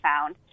found